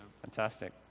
Fantastic